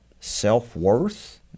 self-worth